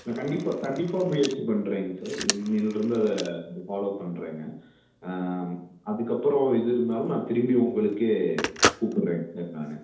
நான் கண்டிப்பாக கண்டிப்பாக முயற்சி பண்ணுறேங்க சார் இன்னைலிருந்து அதை கொஞ்சம் ஃபாலோ பண்ணுறேங்க அதுக்கப்புறம் எது இருந்தாலும் நான் திரும்பி உங்களுக்கே கூப்பிட்றேங்க சார் நான்